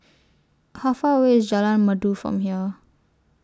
How Far away IS Jalan Merdu from here